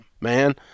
man